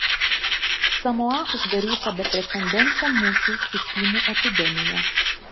samoa uždaryta beprecedenčiam mūšiui su tymų epidemija